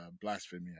blasphemy